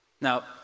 Now